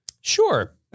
Sure